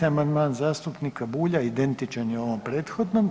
13. amandman zastupnika Bulja identičan je ovom prethodnom.